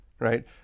Right